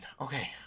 Okay